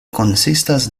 konsistas